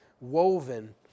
woven